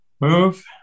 Move